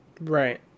right